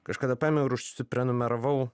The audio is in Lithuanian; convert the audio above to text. kažkada paėmiau ir užsiprenumeravau